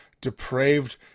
depraved